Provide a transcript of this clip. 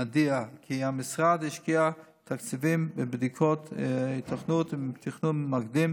אודיע כי המשרד השקיע תקציבים בבדיקות היתכנות עם תכנון מקדים